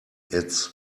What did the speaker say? its